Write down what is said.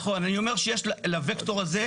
נכון, אני אומר שיש לווקטור של הסכנה,